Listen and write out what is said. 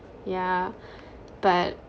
yeah but